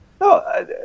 No